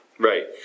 Right